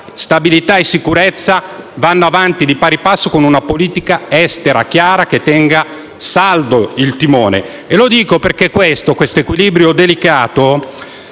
stabilità e sicurezza vanno avanti di pari passo con una politica estera chiara che tenga saldo il timone. Lo dico perché questo equilibrio delicato